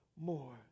more